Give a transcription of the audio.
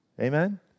Amen